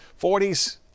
40s